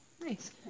Nice